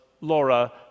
Laura